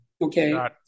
Okay